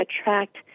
attract